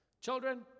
Children